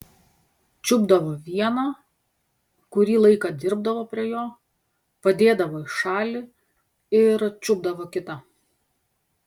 čiupdavo vieną kurį laiką dirbdavo prie jo padėdavo į šalį ir čiupdavo kitą